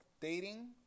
dating